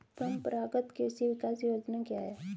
परंपरागत कृषि विकास योजना क्या है?